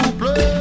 play